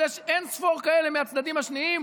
אבל יש אין-ספור כאלה מהצדדים השניים,